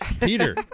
Peter